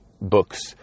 books